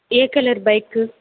A colour bike